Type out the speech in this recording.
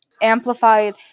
amplified